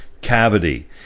cavity